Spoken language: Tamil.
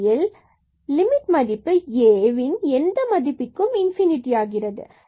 இந்த நிலையின் பொழுது லிமிட் மதிப்பு A எந்த மதிப்பிற்கும் ஆகிறது